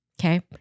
okay